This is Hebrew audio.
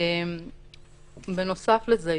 בנוסף לזה,